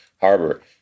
Harbor